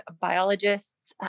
biologists